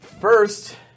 First